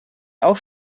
auch